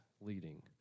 leading